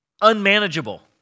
unmanageable